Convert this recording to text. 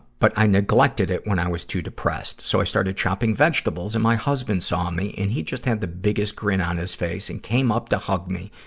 but i neglected it when i was too depressed. so i started chopping vegetables and my husband saw me and he just had the biggest grin on his face and came up to hug me.